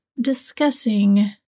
discussing